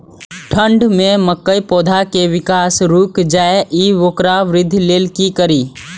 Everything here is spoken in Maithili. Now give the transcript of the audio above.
ठंढ में मक्का पौधा के विकास रूक जाय इ वोकर वृद्धि लेल कि करी?